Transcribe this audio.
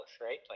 right